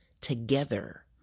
together